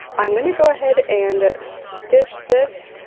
i'm gonna go ahead and stitch this,